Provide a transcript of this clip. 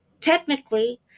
technically